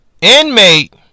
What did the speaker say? inmate